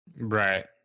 Right